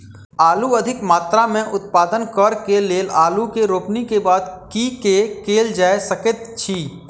आलु अधिक मात्रा मे उत्पादन करऽ केँ लेल आलु केँ रोपनी केँ बाद की केँ कैल जाय सकैत अछि?